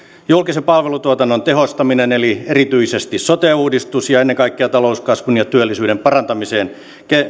julkisen palvelutuotannon tehostaminen eli erityisesti sote uudistus ja ennen kaikkea talouskasvun ja työllisyyden parantamiseen